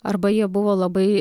arba jie buvo labai